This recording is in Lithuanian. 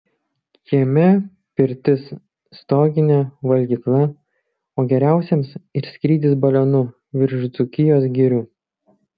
kieme pirtis stoginė valgykla o geriausiems ir skrydis balionu virš dzūkijos girių